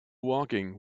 walking